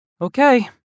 Okay